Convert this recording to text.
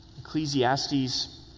Ecclesiastes